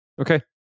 Okay